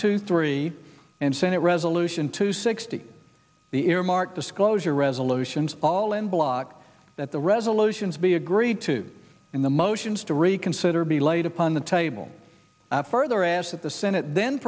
two three and senate resolution two sixty the earmark disclosure resolutions all enbloc that the resolutions be agreed to in the motions to reconsider be laid upon the table i further asked that the senate then